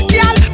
Girl